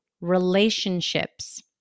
relationships